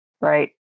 right